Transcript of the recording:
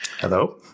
Hello